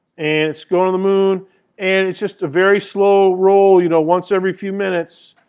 and it's going to the moon and it's just a very slow roll you know once every few minutes,